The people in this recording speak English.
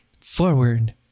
forward